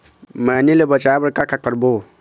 मैनी ले बचाए बर का का करबो?